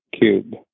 Cube